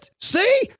See